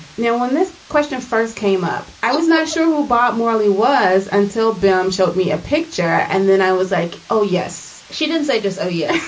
now, when this question first came up, i was not sure who bob marley was until bem showed me a picture. and then i was like, oh, yes. she didn't say just, oh, yes.